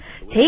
Take